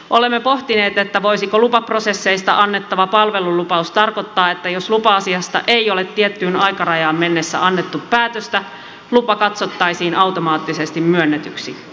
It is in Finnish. olemme pohtineet voisiko lupaprosesseista annettava palvelulupaus tarkoittaa että jos lupa asiasta ei ole tiettyyn aikarajaan mennessä annettu päätöstä lupa katsottaisiin automaattisesti myönnetyksi